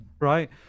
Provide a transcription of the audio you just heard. right